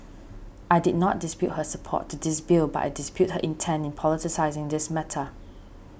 I did not dispute her support to this bill but I dispute her intent in politicising this matter